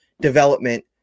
development